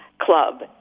club,